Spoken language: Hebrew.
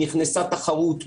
נכנסה תחרות,